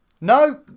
No